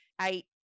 eight